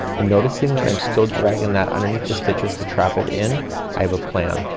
noticing that i'm still dragging that underneath the stitches to trap it in i have a plan.